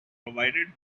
provided